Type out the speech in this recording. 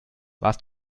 warst